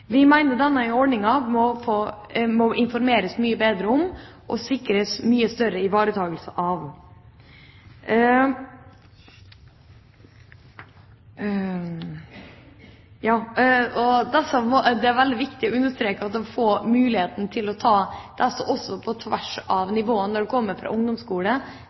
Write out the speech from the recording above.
Vi mener det må informeres mye bedre om denne ordninga, og sikres at den blir ivaretatt mye bedre. Det er veldig viktig å understreke at elever får mulighet til å ta fag også på tvers av nivået når de kommer fra ungdomsskole